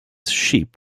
sheep